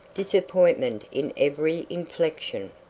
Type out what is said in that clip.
disappointment in every inflection.